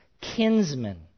kinsmen